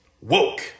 woke